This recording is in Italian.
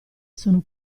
sono